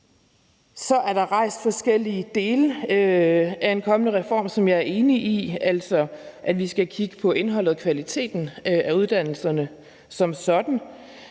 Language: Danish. noget om de forskellige dele af en kommende reform, og jeg er enig i, at vi skal kigge på indholdet og kvaliteten af uddannelserne som sådan,